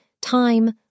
time